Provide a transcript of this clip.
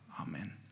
amen